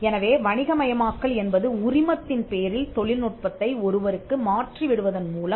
எனவே வணிகமயமாக்கல் என்பது உரிமத்தின் பேரில் தொழில்நுட்பத்தை ஒருவருக்கு மாற்றி விடுவதன் மூலம்